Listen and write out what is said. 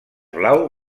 blau